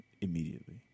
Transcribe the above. immediately